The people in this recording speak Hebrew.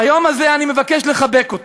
ביום הזה אני מבקש לחבק אותו,